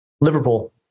Liverpool